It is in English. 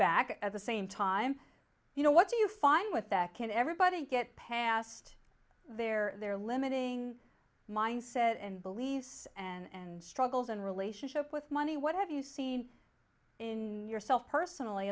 back at the same time you know what do you find with that can everybody get past their their limiting mindset and police and struggles and relationship with money what have you seen in yourself personally